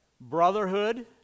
brotherhood